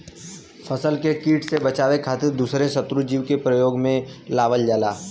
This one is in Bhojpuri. फसल के किट से बचावे खातिर दूसरा शत्रु जीव के उपयोग में लावल जाला